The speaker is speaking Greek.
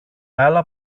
άλλα